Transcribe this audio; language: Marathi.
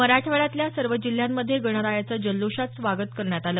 मराठवाड्यातल्या सर्व जिल्ह्यांमध्ये गणरायाचं जल्लोषात स्वागत करण्यात आलं